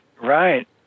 Right